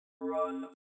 Run